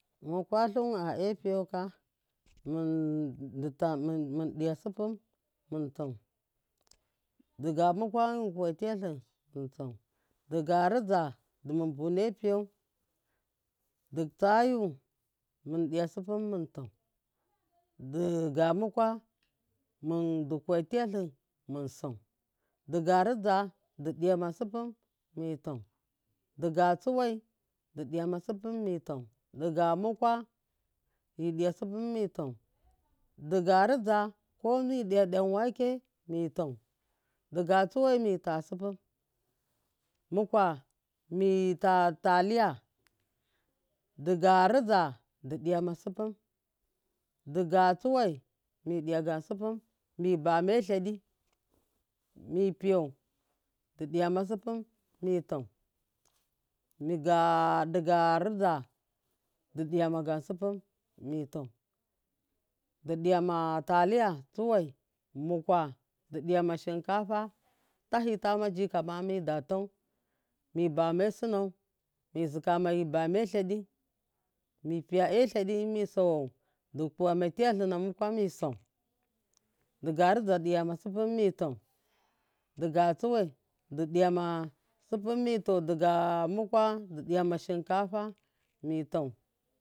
Munkwa luwun a e- piyauka mundiya supun mutau diga mukwa munkwa tiyali mun sau diga rija mun bune piya di tsa yu mun diya supun muntau duga mukwa di kuwa tiyali mun sau digarija2 diya ma supun mitau diga tsiwa didiya ma supun mi tau dizarija ko mi diya dan wake mitau diga tsiwa mita supun mukwa mita taliya diga rija didiyama supun digarija di diyama supun mi bame laɗi mi piyau di diya supun mitau digariza di diya gam supun mitau didi yama taliya tsuwai mukwa di diyama shinkafa tahita majika ma mida tau miba me sunau mizikama mibane laɗi mipiya a laɗi mi sawaw dikuwa tiyali na mukwa mi sau digariza di diya supun mitau diga mukwa di diyama shinkafa mitau.